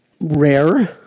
rare